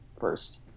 first